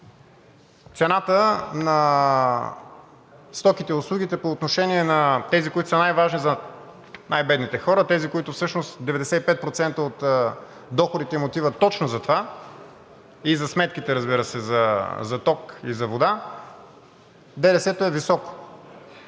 цената на стоките и услугите по отношение на тези, които са най-важни за най-бедните хора, тези, на които всъщност 95% от доходите им отиват точно за това и за сметките, разбира се, за ток и за вода – ДДС-то е високо.